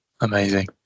amazing